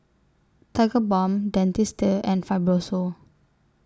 Tigerbalm Dentiste and Fibrosol